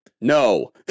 No